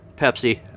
Pepsi